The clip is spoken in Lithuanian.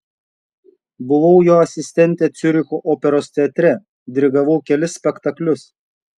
buvau jo asistentė ciuricho operos teatre dirigavau kelis spektaklius